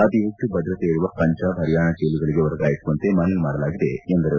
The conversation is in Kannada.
ಅತೀ ಹೆಚ್ಚು ಭದ್ರತೆ ಇರುವ ಪಂಜಾಬ್ ಹರಿಯಾಣ ಜೈಲುಗಳಿಗೆ ವರ್ಗಾಹಿಸುವಂತೆ ಮನವಿ ಮಾಡಲಾಗಿದೆ ಎಂದರು